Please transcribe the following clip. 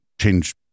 change